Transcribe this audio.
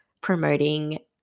promoting